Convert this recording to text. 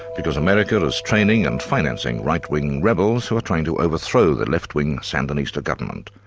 because america is training and financing right-wing rebels who are trying to overthrow the left-wing sandinista government.